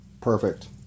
perfect